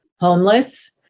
homeless